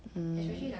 mm